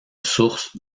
source